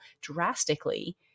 drastically